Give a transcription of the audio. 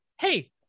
Hey